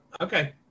Okay